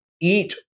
eat